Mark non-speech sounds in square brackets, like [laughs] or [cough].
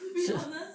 [laughs]